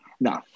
no